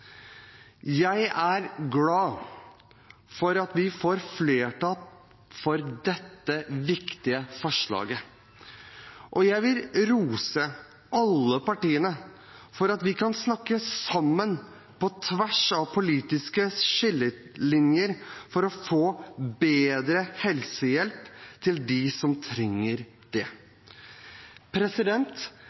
Jeg er glad for at vi får flertall for dette viktige forslaget, og jeg vil rose alle partiene for at vi kan snakke sammen, på tvers av politiske skillelinjer, for å få bedre helsehjelp til dem som trenger det.